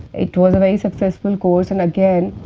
it was a very successful course. and again,